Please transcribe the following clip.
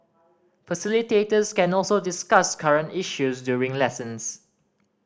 facilitators can also discuss current issues during lessons